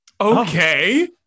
okay